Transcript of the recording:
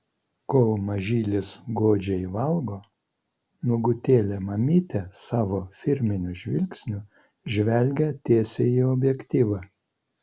kol mažylis godžiai valgo nuogutėlė mamytė savo firminiu žvilgsniu žvelgia tiesiai į objektyvą